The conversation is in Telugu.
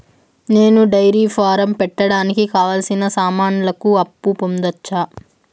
నేను డైరీ ఫారం పెట్టడానికి కావాల్సిన సామాన్లకు అప్పు పొందొచ్చా?